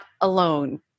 alone